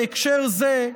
בהקשר זה,